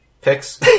picks